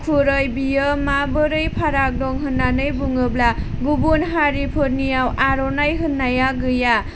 ख्रुइ बियो माबोरै फाराग दं होननानै बुङोब्ला गुबुन हारिफोरनियाव आर'नाइ होननाया गैया